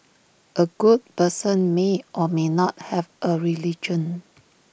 A good person may or may not have A religion